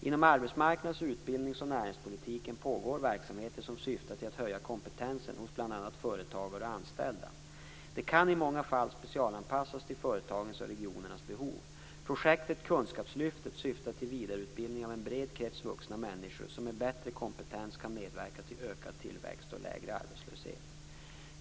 Inom arbetsmarknads-, utbildnings och näringspolitiken pågår verksamheter som syftar till att höja kompetensen hos bl.a. företagare och anställda. De kan i många fall specialanpassas till företagens och regionernas behov. Projektet kunskapslyftet syftar till vidareutbildning av en bred krets vuxna människor som med bättre kompetens kan medverka till ökad tillväxt och lägre arbetslöshet.